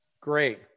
great